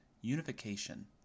unification